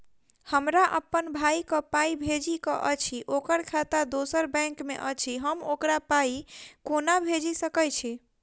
हमरा अप्पन भाई कऽ पाई भेजि कऽ अछि, ओकर खाता दोसर बैंक मे अछि, हम ओकरा पाई कोना भेजि सकय छी?